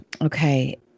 Okay